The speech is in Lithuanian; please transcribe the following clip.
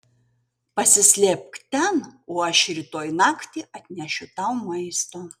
pasislėpk ten o aš rytoj naktį atnešiu tau maisto